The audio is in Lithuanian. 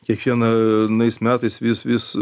kiekvieną nais metais vis vis